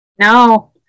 No